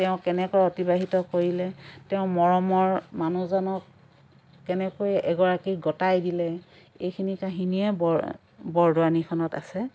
তেওঁ কেনেকৈ অতিবাহিত কৰিলে তেওঁৰ মৰমৰ মানুহজনক কেনেকৈ এগৰাকীক গতাই দিলে এইখিনি কাহিনীয়ে বৰদোৱানীখনত আছে